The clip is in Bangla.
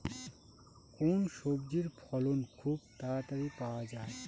কোন সবজির ফলন খুব তাড়াতাড়ি পাওয়া যায়?